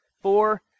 four